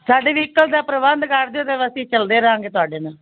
ਸਾਡੇ ਵਹੀਕਲ ਦਾ ਪ੍ਰਬੰਧ ਕਰ ਦਿਓ ਤਾਂ ਅਸੀਂ ਚੱਲਦੇ ਰਹਾਂਗੇ ਤੁਹਾਡੇ ਨਾਲ